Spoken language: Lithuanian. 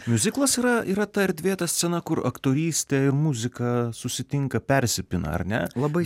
miuziklas yra yra ta erdvė ta scena kur aktorystė ir muzika susitinka persipina ar ne